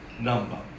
number